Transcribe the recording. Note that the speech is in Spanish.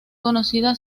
conocida